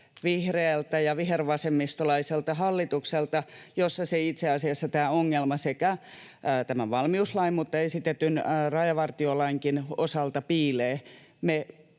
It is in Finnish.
vihreältä ja vihervasemmistolaiselta hallitukselta, missä itse asiassa tämä ongelma sekä tämän valmiuslain että esitetyn rajavartiolainkin osalta piilee.